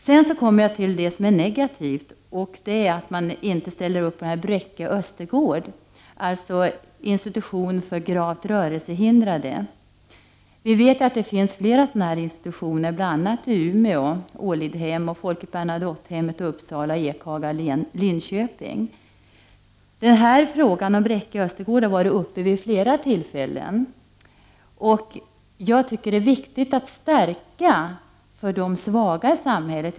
Sedan kommer jag till det som är negativt, och det är att utskottet inte ställer upp bakom Bräcke Östergård, alltså institutionen för gravt rörelsehindrade. Vi vet att det finns flera sådana här institutioner bl.a. Ålidhem i Umeå, Folke Bernadottehemmet i Uppsala och Ekhaga i Linköping. Frågan om Bräcke Östergård har varit uppe till diskussion vid flera tillfällen tidigare. Det är viktigt att stärka situationen för de svaga i samhället.